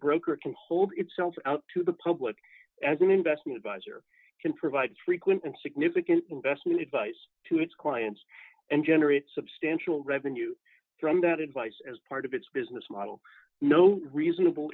broker can hold itself out to the public as an investment advisor to provide frequent significant investment advice to its clients and generate substantial revenue from that advice as part of its business model no reasonable